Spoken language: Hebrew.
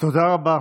תודה רבה,